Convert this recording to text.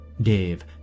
Dave